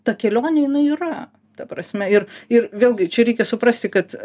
ta kelionė jinai yra ta prasme ir ir vėlgi čia reikia suprasti kad